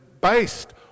based